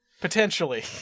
potentially